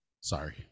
sorry